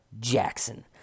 Jackson